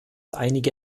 einige